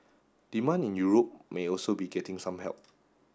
demand in Europe may also be getting some help